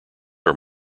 are